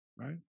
right